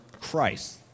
Christ